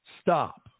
Stop